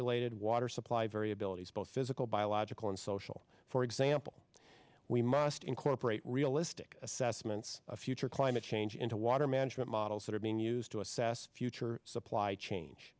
related water supply variabilities both physical biological and social for example we must incorporate realistic assessments of future climate change into water management models that are being used to assess future supply change